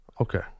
Okay